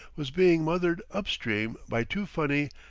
was being mothered up-stream by two funny,